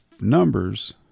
numbers